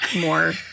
more